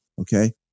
okay